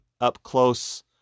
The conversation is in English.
up-close